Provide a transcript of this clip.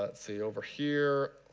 ah see over here,